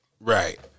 Right